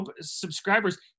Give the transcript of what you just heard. subscribers